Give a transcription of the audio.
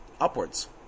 upwards